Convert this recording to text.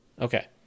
Okay